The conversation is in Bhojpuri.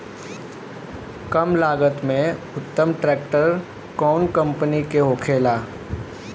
कम लागत में उत्तम ट्रैक्टर कउन कम्पनी के होखेला?